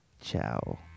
Ciao